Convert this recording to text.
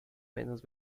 menos